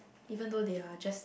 even though they are just